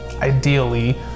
ideally